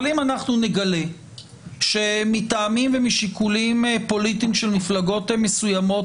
אבל אם אנחנו נגלה שמטעמים ומשיקולים פוליטיים של מפלגות מסוימות,